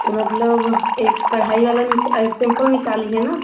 तो मतलब एक कढ़ाई वाला निका सिम्पल निकालिए ना